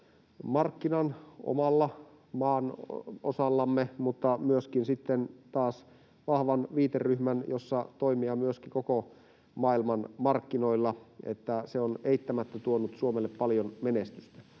markkinan omalla maanosallamme mutta myöskin sitten taas vahvan viiteryhmän, jossa toimia koko maailmanmarkkinoilla, ja se on eittämättä tuonut Suomelle paljon menestystä.